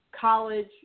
college